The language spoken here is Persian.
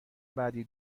بعدی